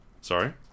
Sorry